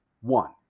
one